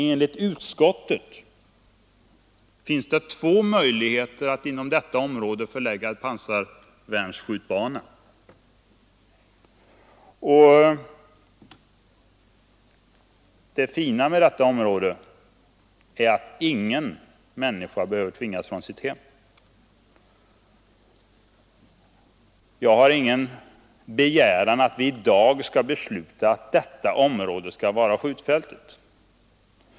Enligt utskottet finns det två möjligheter att inom detta område förlägga en pansarvärnsskjutbana. Och det fina med området är att ingen människa behöver tvingas från sitt hem. Jag begär inte att vi i dag skall besluta att skjutfältet skall förläggas till detta område.